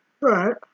Right